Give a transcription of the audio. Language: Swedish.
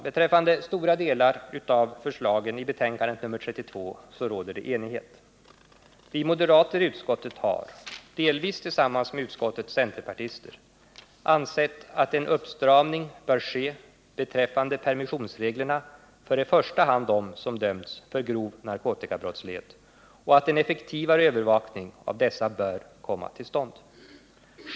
Beträffande stora delar av förslagen i betänkandet nr 32 råder enighet. Vi moderater i utskottet har — delvis tillsammans med utskottets centerpartister — ansett att en uppstramning bör ske beträffande permissionsreglerna för i första hand dem som dömts för grov narkotikabrottslighet och att en effektivare övervakning av dessa bör komma till stånd.